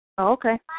Okay